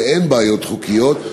ואין בעיות חוקיות.